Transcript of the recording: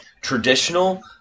traditional